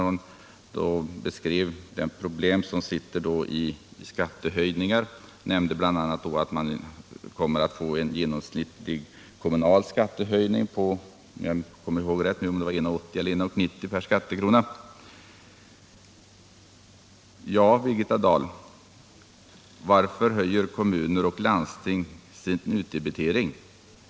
Hon beskrev problemet med skattehöjningar, främst att man kommer att få en genomsnittlig kommunal skattehöjning på, om jag minns rätt, 1:80 eller 1:90 per skattekrona. Ja, Birgitta Dahl, varför höjer kommuner och landsting utdebiteringen?